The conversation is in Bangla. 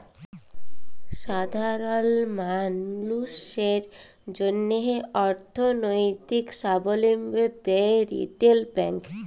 সাধারল মালুসের জ্যনহে অথ্থলৈতিক সাবলম্বী দেয় রিটেল ব্যাংক